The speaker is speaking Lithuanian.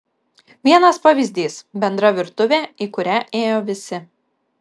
vienas pavyzdys bendra virtuvė į kurią ėjo visi